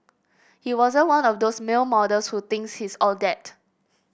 he wasn't one of those male models who thinks he's all that